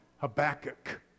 Habakkuk